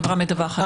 חברה מדווחת.